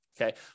Okay